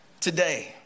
today